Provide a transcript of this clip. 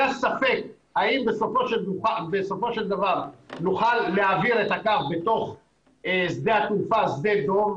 היה ספק האם בסופו של דבר נוכל להעביר את הקו בתוך שדה התעופה שדה דב,